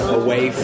away